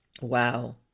wow